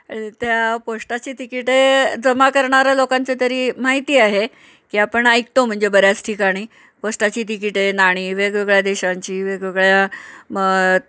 त्या पोस्टाची तिकिटे जमा करणाऱ्या लोकांची तरी माहिती आहे की आपण ऐकतो म्हणजे बऱ्याच ठिकाणी पोस्टाची तिकिटे नाणी वेगवेगळ्या देशांची वेगवेगळ्या मग